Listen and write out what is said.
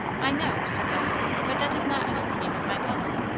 i know, said diana, but that does not help me with my puzzle.